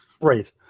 Right